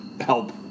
help